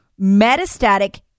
metastatic